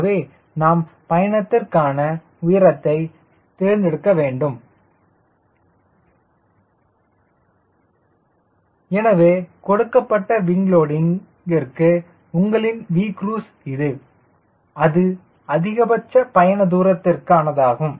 ஆகவே நாம் பயணத்திற்கான உயரத்தை தேர்ந்தெடுக்க வேண்டும் W12V2SCL அல்லது Vc 2WSCD0K எனவே கொடுக்கப்பட்ட விங் லோடிங் விற்கு உங்களின் Vcruise இது அது அதிகபட்ச பயண தூரத்திற்கு ஆனதாகும்